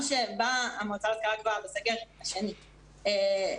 באה המועצה להשכלה גבוהה בסגר השני ואמרה